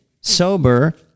sober